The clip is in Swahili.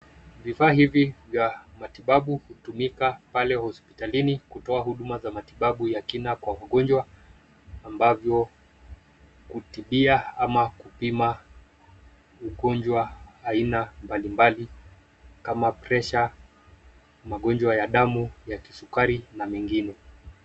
Vifaa hivi vya matibabu hutumika pale hospitalini kutoa huduma za matibabu ya kina kwa mgonjwa ambavyo kutibia ama kupima ugonjwa aina mbalimbali kama pressure magonjwa ya damu, sukari, na mengine.